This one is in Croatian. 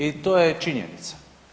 I to je činjenica.